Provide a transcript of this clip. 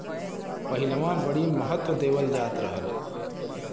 पहिलवां बड़ी महत्त्व देवल जात रहल